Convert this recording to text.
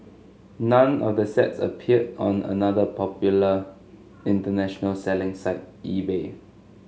none of the sets appeared on another popular international selling site eBay